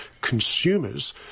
consumers